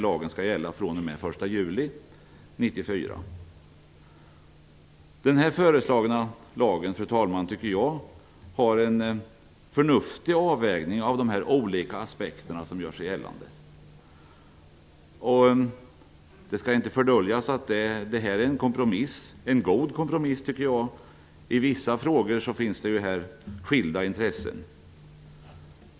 Lagen skall gälla fr.o.m. den 1 juli 1994. Fru talman! I den föreslagna lagen har en förnuftig avvägning gjorts av de olika aspekter som gör sig gällande. Det skall inte döljas att detta är en kompromiss -- en god kompromiss, tycker jag. I vissa frågor finns det skilda intressen.